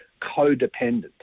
codependent